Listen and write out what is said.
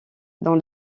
dans